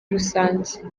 rusange